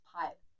pipe